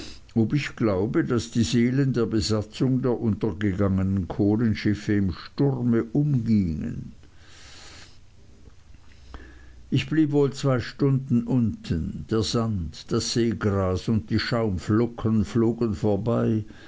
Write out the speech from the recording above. ob ich glaube daß die seelen der besatzung der untergegangenen kohlenschiffe im sturme umgingen ich blieb wohl zwei stunden unten der sand das seegras und die schaumflocken flogen vorbei